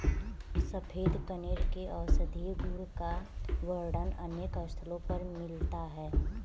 सफेद कनेर के औषधीय गुण का वर्णन अनेक स्थलों पर मिलता है